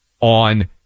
on